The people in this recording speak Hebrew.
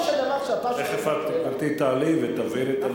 תיכף, גברתי, את תעלי ותבהירי.